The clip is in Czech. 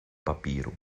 papíru